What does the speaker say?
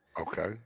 okay